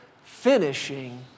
finishing